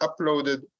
uploaded